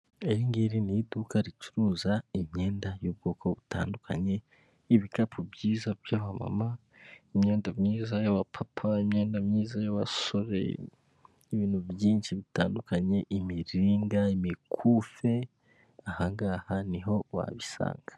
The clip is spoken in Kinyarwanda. Iri ngiri ni iduka ricuruza imyenda y'ubwoko butandukanye, ibikapu byiza by'abamama, imyenda myiza y'abapapaye, imyenda myiza y'abasore, ibintu byinshi bitandukanye, imiringa, imikufe, aha ngaha ni ho wabisanga.